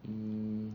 mm